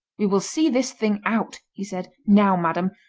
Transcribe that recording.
we will see this thing out he said. now, madam,